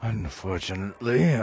Unfortunately